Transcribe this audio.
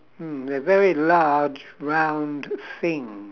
hmm a very large round thing